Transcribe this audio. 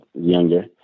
younger